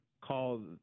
Call